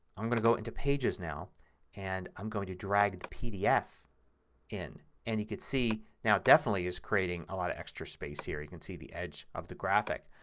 i'm going to go into pages now and i'm going to drag the pdf in. and you can see now it definitely is creating a lot of extra space here. you can see the edge of the graphic.